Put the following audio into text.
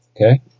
Okay